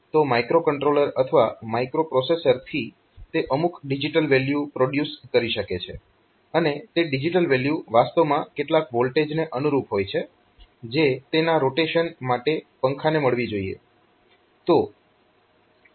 તો માઇક્રોકન્ટ્રોલર અથવા માઇક્રોપ્રોસેસરથી તે અમુક ડિજીટલ વેલ્યુ પ્રોડ્યુસ કરી શકે છે અને તે ડિજીટલ વેલ્યુ વાસ્તવમાં કેટલાક વોલ્ટેજને અનુરૂપ હોય છે જે તેના રોટેશન માટે પંખાને મળવી જોઈએ